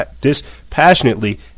dispassionately